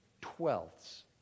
twelfths